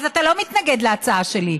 אז אתה לא מתנגד להצעה שלי.